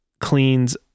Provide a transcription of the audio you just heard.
cleans